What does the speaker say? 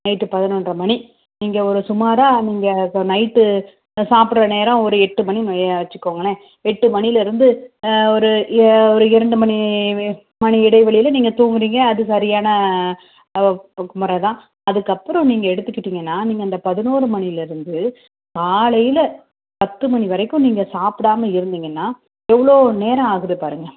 night பதினொன்றரை மணி நீங்கள் ஒரு சுமாராக நீங்கள் இப்போ நைட்டு சாப்பிட்ற நேரம் ஒரு எட்டு மணின்னு வையேன் வச்சுக்கோங்களேன் எட்டுமணிலேருந்து ஆ ஒரு ஆ ஒரு இரண்டு மணி மணி இடைவெளியில் நீங்கள் தூங்குகிறீங்க அது சரியான ஒரு முறை தான் அதுக்கப்புறம் நீங்கள் எடுத்துக்கிட்டீங்கன்னால் நீங்கள் அந்த பதினொரு மணிலேருந்து காலையில் பத்துமணிவரைக்கும் நீங்கள் சாப்பிடாம இருந்தீங்கன்னால் எவ்வளோ நேரம் ஆகுது பாருங்க